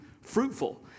fruitful